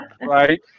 Right